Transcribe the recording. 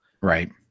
Right